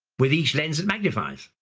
with each lens that magnifies.